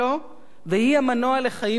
והיא המנוע לחיים מודרניים.